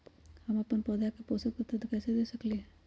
हम अपन पौधा के पोषक तत्व कैसे दे सकली ह?